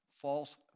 false